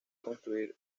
construir